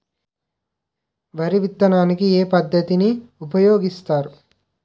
వరి విత్తడానికి ఏ పద్ధతిని ఉపయోగిస్తారు?